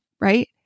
right